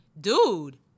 dude